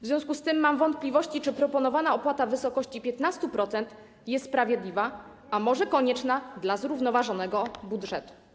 W związku z tym mam wątpliwości, czy proponowana opłata w wysokości 15% jest sprawiedliwa, czy może konieczna dla zrównoważonego budżetu.